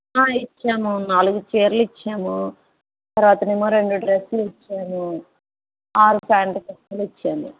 ఇచ్చాము నాలుగు చీరలు ఇచ్చాము తరువాత ఏమో రెండు డ్రెస్సులు ఇచ్చాము ఆరు ప్యాంటు షర్టులు ఇచ్చాము